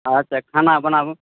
अच्छा खाना बनाबू